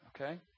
Okay